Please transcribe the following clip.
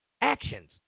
actions